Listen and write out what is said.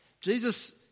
Jesus